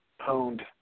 honed